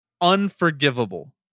unforgivable